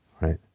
Right